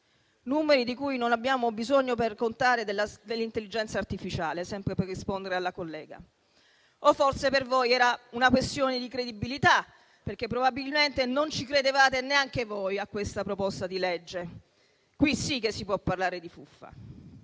contare i quali non abbiamo bisogno dell'intelligenza artificiale, sempre per rispondere alla collega. O forse per voi era una questione di credibilità, perché probabilmente non ci credevate neanche voi a questa proposta di legge: qui si che si può parlare di fuffa.